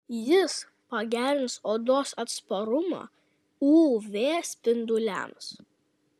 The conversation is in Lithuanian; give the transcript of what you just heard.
jis pagerins odos atsparumą uv spinduliams